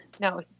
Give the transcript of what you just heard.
No